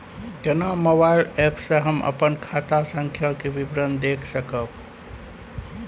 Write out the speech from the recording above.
केना mobile app से हम अपन खाता संख्या के विवरण देख सकब?